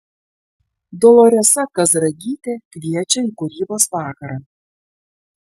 doloresa kazragytė kviečia į kūrybos vakarą